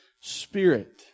Spirit